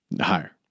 Higher